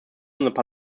unseren